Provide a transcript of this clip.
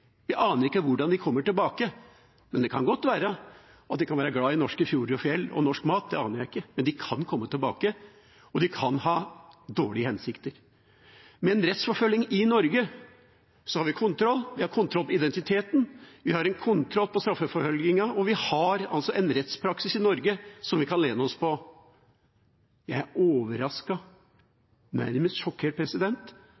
Vi aner ikke hvordan de kommer tilbake, men det kan godt være at de er glad i norske fjorder og fjell og norsk mat – det aner jeg ikke. Men de kan komme tilbake, og de kan ha dårlige hensikter. Med en rettsforfølging i Norge har vi kontroll. Vi har kontroll på identiteten, vi har kontroll på straffeforfølgelsen, og vi har en rettspraksis i Norge som vi kan lene oss på. Jeg er